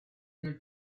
nel